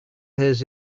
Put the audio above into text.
his